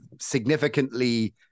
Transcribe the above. significantly